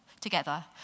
together